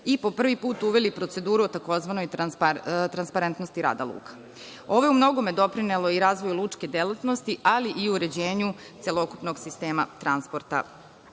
i po prvi put uveli proceduru o tzv. transparentnosti rada luka. Ovo je u mnogome doprinelo razvoju lučke delatnosti, ali i uređenju celokupnog sistema transporta